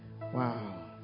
Wow